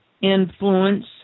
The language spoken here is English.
influence